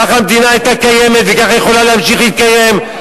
ככה המדינה היתה קיימת וככה היא יכולה להמשיך להתקיים,